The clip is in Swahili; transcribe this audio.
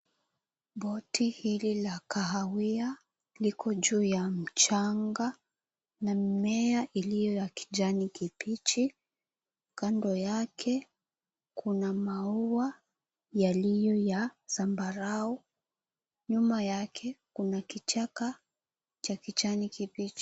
Boti hili la kahawia, liko juu ya mchanga na mimea iliyo ya kijani kibichi. Kando yake, kuna maua, yaliyo za zambarau. Nyuma yake, kuna kichaka cha kijani kibichi.